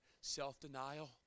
Self-denial